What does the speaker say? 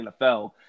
NFL